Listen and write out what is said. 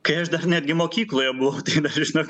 kai aš dar netgi mokykloje buvau tai dar žinok